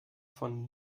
von